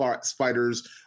spiders